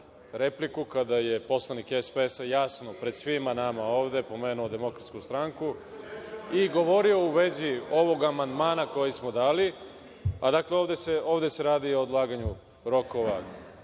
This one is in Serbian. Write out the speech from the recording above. repliku kada je poslanik SPS jasno, pred svima nama ovde, pomenuo DS i govorio u vezi ovog amandmana koji smo dali. Ovde se radi o odlaganju rokova